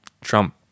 Trump